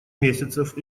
месяцев